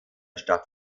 stadt